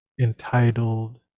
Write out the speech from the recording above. entitled